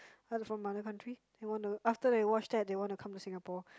um from other country they wanna after they watch that they want to come to Singapore